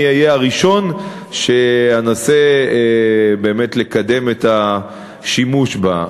אני אהיה הראשון שאנסה באמת לקדם את השימוש בה.